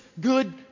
good